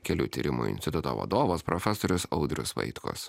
kelių tyrimo instituto vadovas profesorius audrius vaitkus